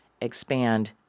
expand